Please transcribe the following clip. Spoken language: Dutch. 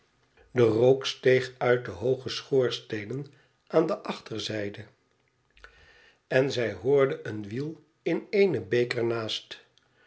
de rook steeg uit de hooge schoorsteenen aan de achterzijde en zij hoorde een wiel in eene beek er naast